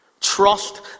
trust